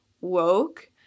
woke